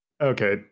okay